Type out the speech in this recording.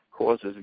causes